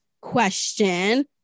question